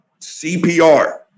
CPR